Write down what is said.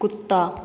कुत्ता